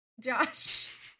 Josh